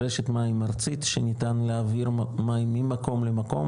רשת מים ארצית שניתן להעביר מים ממקום למקום,